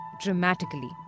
dramatically